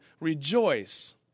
rejoice